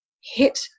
hit